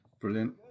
Brilliant